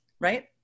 right